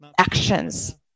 Actions